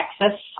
Texas